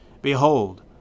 Behold